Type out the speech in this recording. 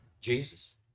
Jesus